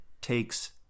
takes